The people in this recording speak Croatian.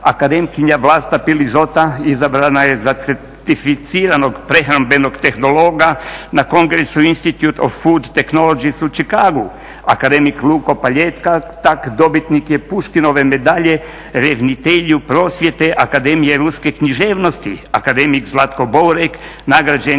Akademik Luko Paljetak dobitnik je Puškinove medalje Revnitelju prosvjete Akademije ruske književnosti. Akademik Zlatko Bourek nagrađen